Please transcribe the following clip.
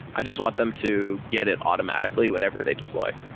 i just want them to get it automatically whenever they deploy.